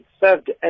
served